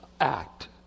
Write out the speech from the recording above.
act